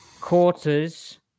quarters